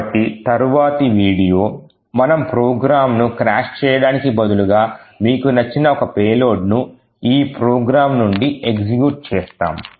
కాబట్టి తరువాతి వీడియో మనం ప్రోగ్రాంను క్రాష్ చేయడానికి బదులుగా మీకు నచ్చిన ఒక పేలోడు ను ఈ ప్రోగ్రాం నుండి ఎగ్జిక్యూట్ చేస్తాము